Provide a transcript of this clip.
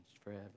forever